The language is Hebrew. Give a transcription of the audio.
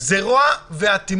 זה רוע ואטימות.